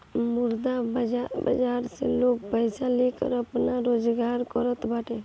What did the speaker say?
मुद्रा बाजार बाजार से लोग पईसा लेके आपन रोजगार करत बाटे